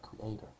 creator